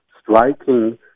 striking